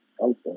Okay